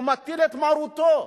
הוא מטיל את מרותו.